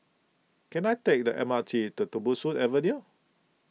can I take the M R T to Tembusu Avenue